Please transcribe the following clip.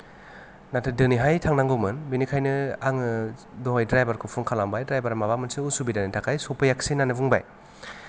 नाथाय दिनैहाय थांनांगौमोन बिनिखायनो आङो दहाय द्राइभार खौ फन खालामबाय द्राइभारा माबा मोनसे उसुबिदानि थाखाय सफैयाखसै होन्नानै बुंबाय